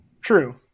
True